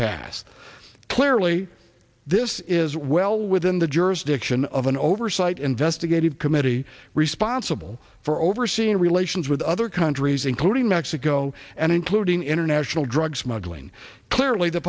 pass clearly this is well within the jurisdiction of an oversight investigative committee responsible for overseeing relations with other countries including mexico and including international drug smuggling clearly the